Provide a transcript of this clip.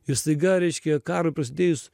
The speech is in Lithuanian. ir staiga reiškia karui prasidėjus